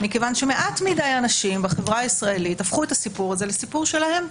מכיוון שמעט מדי אנשים בחברה הישראלית הפכו את הסיפור הזה לסיפור שלהם,